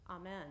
Amen